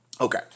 Okay